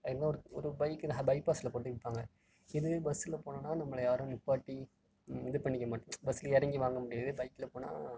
என்ன ஒரு ஒரு பைக்னால் பைப்பாஸில் போட்டு விற்பாங்க இதுவே பஸ்ஸில் போனோம்னால் நம்மளை யாரும் நிப்பாட்டி இது பண்ணிக்க மாட் பஸ்ஸில் இறங்கி வாங்க முடியாது பைக்கில் போனால்